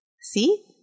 See